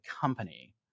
company